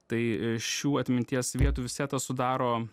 tai šių atminties vietų setą sudaro